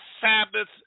Sabbath